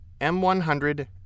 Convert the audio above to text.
M100